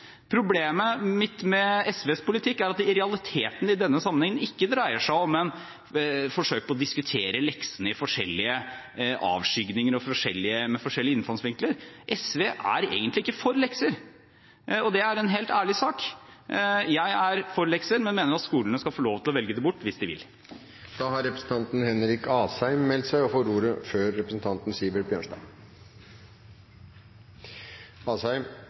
Problemet mitt med SVs politikk er at det i realiteten i denne sammenheng ikke dreier seg om et forsøk på å diskutere leksene i forskjellige avskygninger og med forskjellige innfallsvinkler. SV er egentlig ikke for lekser, og det er en helt ærlig sak. Jeg er for lekser, men mener at skolene skal få lov til å velge det bort hvis de vil. Jeg vil også gjerne takke interpellanten for å løfte en viktig debatt, en debatt som for så vidt har blitt løftet i flere fora, og